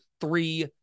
three